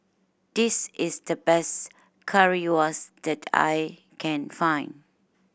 this is the best Currywurst that I can find